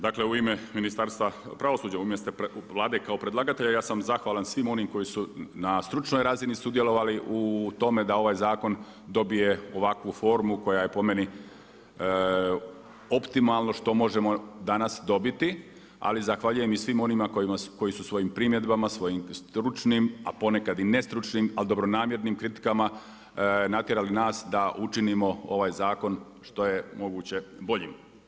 Dakle u ime Ministarstva pravosuđa umjesto Vlade kao predlagatelja ja sam zahvalan svima onima koji su na stručnoj razini sudjelovali u tome da ovaj zakon dobije ovakvu formu koja je po meni optimalno što možemo danas dobiti, ali zahvaljujem i svim onima koji su svojim primjedbama, svojim stručnim, a ponekad i ne stručnim, ali dobronamjernim kritikama natjerali nas da učinimo ovaj zakon što je moguće boljim.